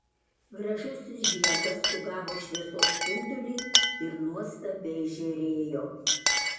gražusis žiedas sugavo šviesos spindulį ir nuostabiai žėrėjo